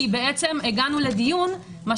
כי הגענו לדיון בלי נוסח,